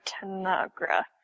Tanagra